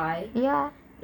ya